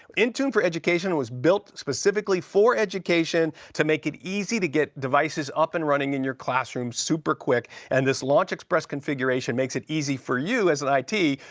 intune for education was built specifically for education, to make it easy to get devices up and running in your classrooms super quick, and this launch express configuration makes it easy for you as i. t.